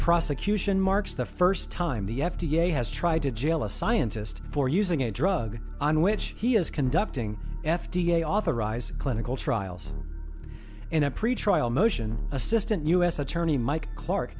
prosecution marks the first time the f d a has tried to jail a scientist for using a drug on which he is conducting f d a authorized clinical trials in a pretrial motion assistant u s attorney mike clark